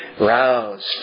roused